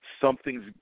something's